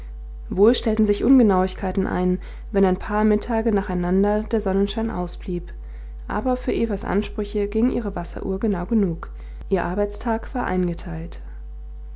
wohl stellten sich ungenauigkeiten ein wenn ein paar mittage nacheinander der sonnenschein ausblieb aber für evas ansprüche ging ihre wasseruhr genau genug ihr arbeitstag war eingeteilt